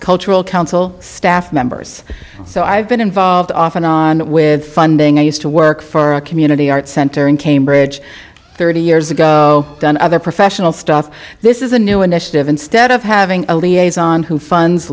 cultural council staff members so i've been involved off and on with funding i used to work for a community arts center in cambridge thirty years ago done other professional stuff this is a new initiative instead of having